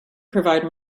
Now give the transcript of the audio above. provide